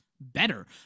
better